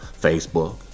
Facebook